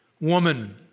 woman